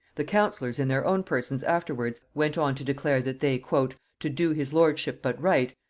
the councillors in their own persons afterwards went on to declare, that they, to do his lordship but right,